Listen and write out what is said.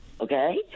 okay